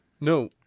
No